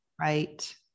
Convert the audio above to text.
Right